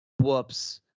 whoops